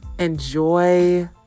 Enjoy